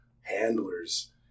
handlers